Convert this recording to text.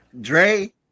Dre